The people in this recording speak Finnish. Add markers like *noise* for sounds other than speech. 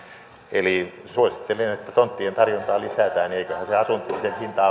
eli suosittelen että tonttien tarjontaa lisätään niin eiköhän se asuntojen hinta *unintelligible*